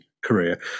career